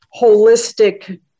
holistic